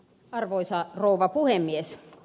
arvoisa rouva puhemies